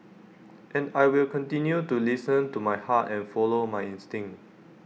and I will continue to listen to my heart and follow my instincts